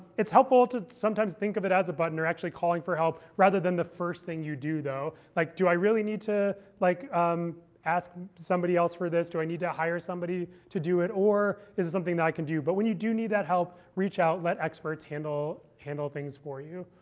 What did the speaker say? it's helpful to sometimes think of it as a button you're actually calling for help rather than the first thing you do, though. like do i really need to like um ask somebody else for this? do i need to hire somebody to do it? or is it something that i can do? but when you do need that help, reach out. let experts handle handle things for you.